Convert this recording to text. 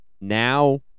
now